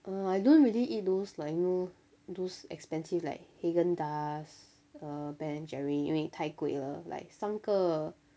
err I don't really eat those like you know those expensive like haagen dazs err ben and jerry 因为太贵了 like 三个